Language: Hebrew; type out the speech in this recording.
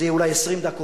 זה יהיה אולי 20 דקות.